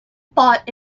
bought